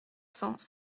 cents